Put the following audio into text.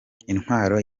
intwaro